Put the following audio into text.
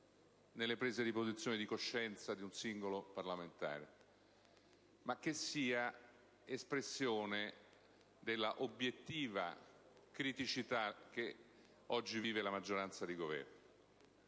delle prese di posizione di coscienza di un singolo parlamentare, ma sia espressione della obiettiva criticità che oggi vive la maggioranza di Governo.